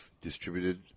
distributed